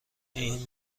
این